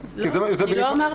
לא, אני לא אמרתי.